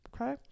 Okay